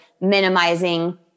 minimizing